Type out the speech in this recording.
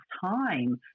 time